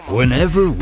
Whenever